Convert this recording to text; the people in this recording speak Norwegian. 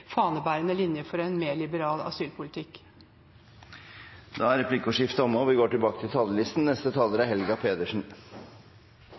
fanebærende linje for en mer liberal asylpolitikk. Dermed er replikkordskiftet omme. Vi